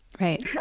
Right